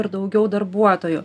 daugiau darbuotojų